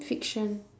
fiction